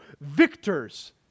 victors